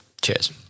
cheers